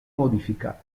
modificarlo